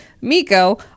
miko